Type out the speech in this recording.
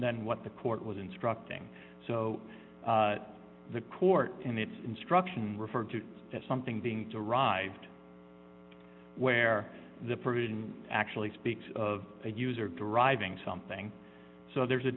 than what the court was instructing so the court in its instruction referred to that something being derived where the provision actually speaks of a user deriving something so there's a